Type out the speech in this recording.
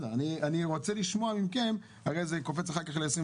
אני רוצה לשמוע מכם, הרי זה קופץ אחר כך ל-23%,